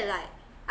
like